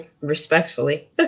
Respectfully